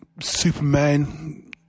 Superman